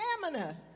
stamina